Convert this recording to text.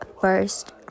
first